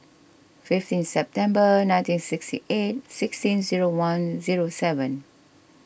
fifteen September nineteen sixty eight sixteen zero one zero seven